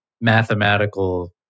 mathematical